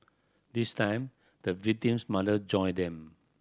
this time the victim's mother joined them